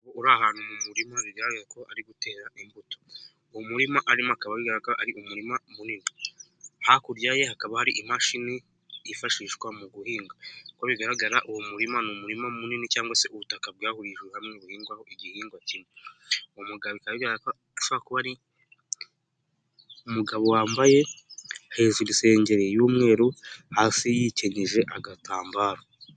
Uri ahantu mu murima bigaragara ko hari gutera imbuto, uwo umurima arimo akaba bigaragara ko ari umurima munini. Hakurya ye hakaba hari imashini yifashishwa mu guhinga, nkuko bigaragara uwo murima ni umurima munini cyangwa se ubutaka bwahurijwe hamwe buhingwa igihingwa kimwe, uwo umugabo bikaba bigaragara ko ashobora kuba ari umugabo wambaye hejuru isengeri y'umweru hasi yicyenyeje agatambaro.